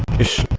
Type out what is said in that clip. issue